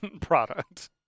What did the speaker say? product